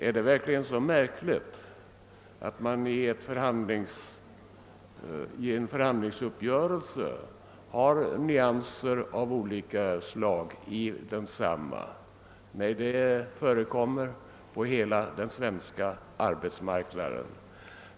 Är det verkligen så märkligt att man i en förhandlingsuppgörelse har nyanser av olika slag, när detta förekommer på hela den svenska arbetsmarknaden?